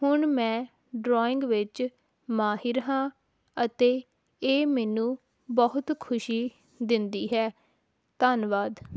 ਹੁਣ ਮੈਂ ਡਰੋਇੰਗ ਵਿੱਚ ਮਾਹਿਰ ਹਾਂ ਅਤੇ ਇਹ ਮੈਨੂੰ ਬਹੁਤ ਖੁਸ਼ੀ ਦਿੰਦੀ ਹੈ ਧੰਨਵਾਦ